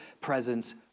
presence